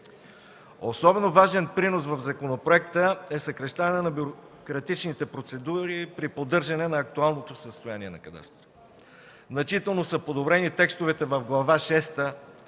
Особено важен пример в законопроекта е съкращаването на бюрократичните процедури при поддържане на актуалното състояние на кадастъра. Значително са подобрени текстовете в Глава шеста,